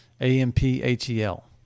A-M-P-H-E-L